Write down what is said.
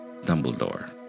Dumbledore